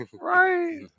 Right